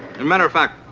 and matter of fact,